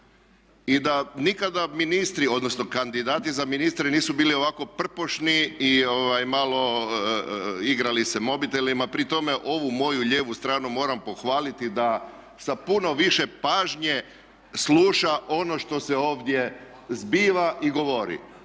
odnosno kandidati za ministre nisu bili ovako prpošni i malo igrali se mobitelima. Pri tome ovu moju lijevu stranu moram pohvaliti da sa puno više pažnje sluša ono što se ovdje zbiva i govori.